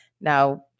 Now